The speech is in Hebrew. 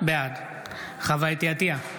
בעד חוה אתי עטייה,